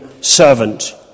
servant